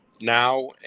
now